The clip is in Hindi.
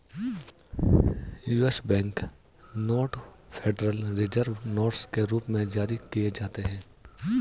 US bank note federal reserve notes के रूप में जारी किए जाते हैं